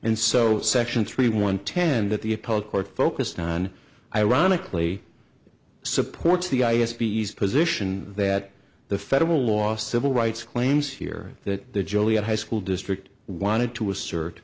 and so section three one ten that the appellate court focused on ironically supports the i s b s position that the federal law civil rights claims here that the joliet high school district wanted to assert